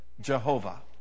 Jehovah